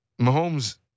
Mahomes